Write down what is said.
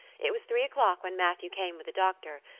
it was three o'clock when matthew came with a doctor,